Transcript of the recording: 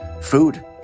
food